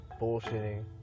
bullshitting